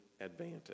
advantage